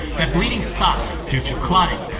that bleeding stops due to clotting.